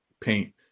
paint